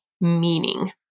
meaning